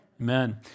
amen